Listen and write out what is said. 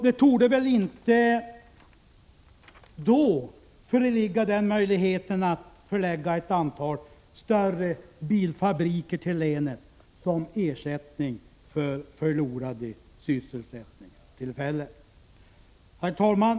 Då torde väl inte möjligheten att förlägga ett antal större bilfabriker till länet som ersättning för förlorade sysselsättningstillfällen föreligga. Herr talman!